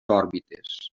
òrbites